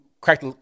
cracked